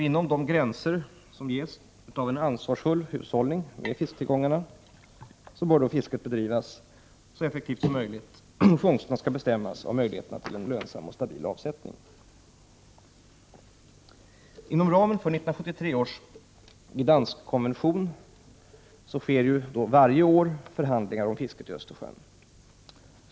Inom de gränser som ges av en ansvarsfull hushållning med fisktillgångarna bör fisket bedrivas så effektivt som möjligt och fångsterna bestämmas av möjligheterna till en lönsam och stabil avsättning. Inom ramen för 1973 års Gdanskkonvention sker varje år förhandlingar om fisket i Östersjön.